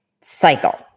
cycle